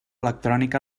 electrònic